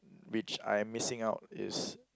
which I'm missing out is